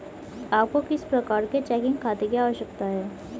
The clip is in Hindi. आपको किस प्रकार के चेकिंग खाते की आवश्यकता है?